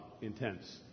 intense